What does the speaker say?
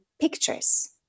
pictures